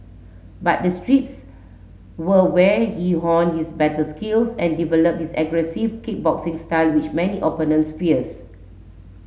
but the streets were where he honed his battle skills and developed his aggressive kickboxing style which many opponents fears